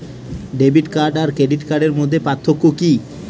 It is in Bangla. ডেবিট কার্ড আর ক্রেডিট কার্ডের মধ্যে পার্থক্য কি?